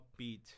upbeat